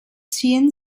ziehen